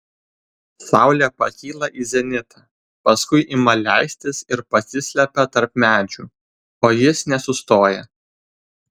saulė pakyla į zenitą paskui ima leistis ir pasislepia tarp medžių o jis nesustoja